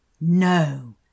No